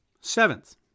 Seventh